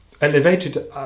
elevated